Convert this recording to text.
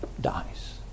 dies